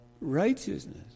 righteousness